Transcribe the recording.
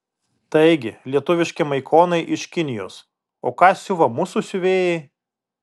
taigi lietuviški maikonai iš kinijos o ką siuva mūsų siuvėjai